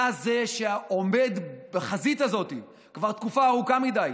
אתה זה שעומד בחזית הזאת כבר תקופה ארוכה מדי,